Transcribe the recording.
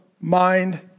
mind